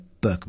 Berkman